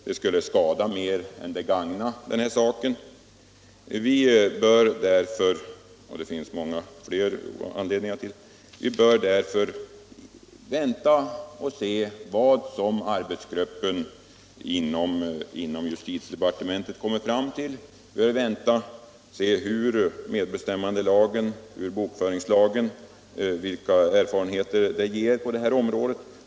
Det skulle mera skada än gagna den här saken. Vi bör därför — och det finns många fler anledningar — vänta och se vad arbetsgruppen inom justitiedepartementet kommer fram till. Vi bör vänta och se vilka erfarenheter medbestämmandelagen och bokföringslagen kommer att ge på det här området.